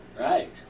right